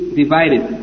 divided